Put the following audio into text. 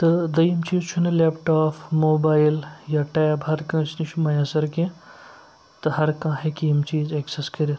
تہٕ دوٚیِم چیٖز چھُنہٕ لیپ ٹاپ موبایِل یا ٹیب ہر کٲنٛسہِ نِش میسر کیٚنٛہہ تہٕ ہر کانٛہہ ہیٚکہِ یِم چیٖز ایٚکسیٚس کٔرِتھ